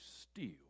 steal